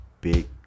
big